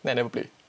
then never play